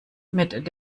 mit